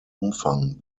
umfang